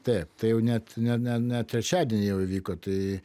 taip tai jau net ne ne ne trečiadienį jau įvyko tai